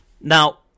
Now